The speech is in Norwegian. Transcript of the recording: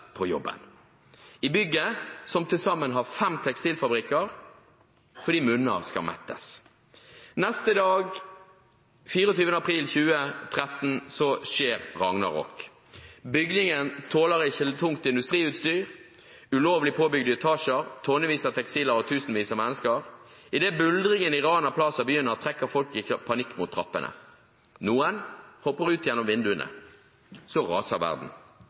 på jobben likevel – i bygget, som til sammen har fem tekstilfabrikker – fordi munner skal mettes. Neste dag, 24. april 2013, skjer ragnarokk. Bygningen tåler ikke tungt industriutstyr, ulovlig påbygde etasjer, tonnevis av tekstiler og tusenvis av mennesker. Idet buldringen i Rana Plaza begynner, trekker folk i panikk mot trappene. Noen hopper ut gjennom vinduene, så raser verden.